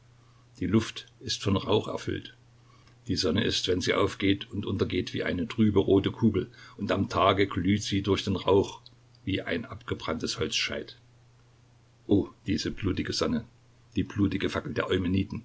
die luft ist von rauch erfüllt die sonne ist wenn sie aufgeht und untergeht wie eine trübe rote kugel und am tage glüht sie durch den rauch wie ein abgebranntes holzscheit oh diese blutige sonne die blutige fackel der